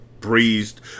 Breezed